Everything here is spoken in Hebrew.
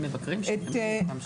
הם מבקרים שם?